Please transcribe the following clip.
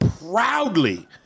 proudly